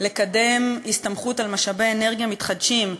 לקדם הסתמכות על משאבי אנרגיה מתחדשים,